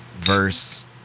verse